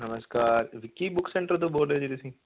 ਨਮਸਕਾਰ Vicky book centre ਤੋਂ ਬੋਲ ਰਹੇ ਜੀ ਤੁਸੀਂ